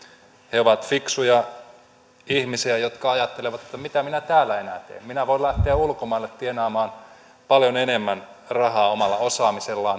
he ovat fiksuja ihmisiä jotka ajattelevat että mitä minä täällä enää teen minä voin lähteä ulkomaille tienaamaan paljon enemmän rahaa omalla osaamisellani